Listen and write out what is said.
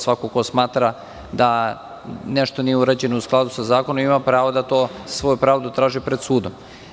Svako ko smatra da nešto nije urađeno u skladu sa zakonom, ima pravo da pravdu traži pred sudom.